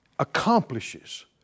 accomplishes